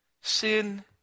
sin